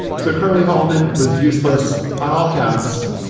so currently, holman was useless on all counts.